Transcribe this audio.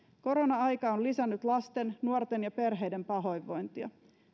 korona aika on lisännyt lasten nuorten ja perheiden pahoinvointia